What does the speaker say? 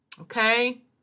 okay